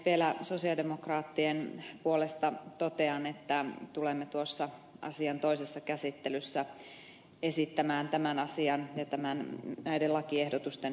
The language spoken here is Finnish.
vielä sosialidemokraattien puolesta totean että tulemme tuossa asian toisessa käsittelyssä esittämään tämän asian ja näiden lakiehdotusten hylkäämistä